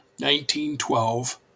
1912